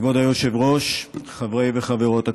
כבוד היושב-ראש, חברי וחברות הכנסת,